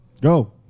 Go